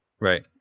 Right